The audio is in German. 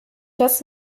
das